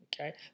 Okay